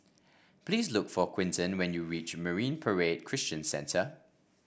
please look for Quinton when you reach Marine Parade Christian Centre